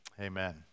Amen